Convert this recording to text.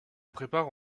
prépare